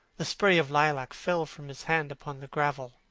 the spray of lilac fell from his hand upon the gravel.